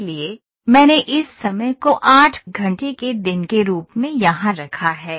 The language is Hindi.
इसलिए मैंने इस समय को 8 घंटे के दिन के रूप में यहां रखा है